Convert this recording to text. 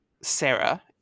Sarah